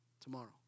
tomorrow